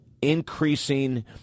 increasing